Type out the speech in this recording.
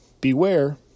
Beware